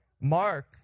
Mark